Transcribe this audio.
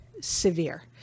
severe